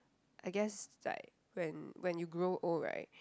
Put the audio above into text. I guess like when when you grow old right